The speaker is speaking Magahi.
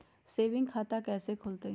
सेविंग खाता कैसे खुलतई?